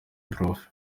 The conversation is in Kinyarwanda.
prof